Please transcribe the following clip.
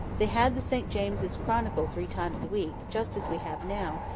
they had the st james's chronicle three times a week, just as we have now,